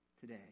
today